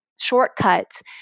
shortcuts